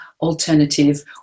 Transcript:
alternative